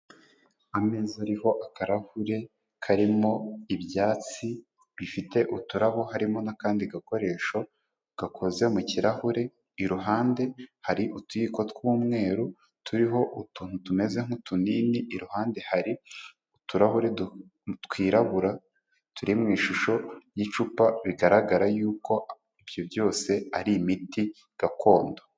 Ameza ariho akarahuri karimo ibyatsi bifite uturabo, harimo n'akandi gakoresho gakoze mu kirahure, iruhande hari utuyiko tw'umweru turiho utuntu tumeze nk'utunini, iruhande hari uturahure twirabura turi mu ishusho y'icupa, bigaragara yuko ibyo byose ari imiti gakondo.